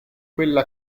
quella